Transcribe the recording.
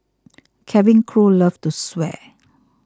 cabin crew love to swear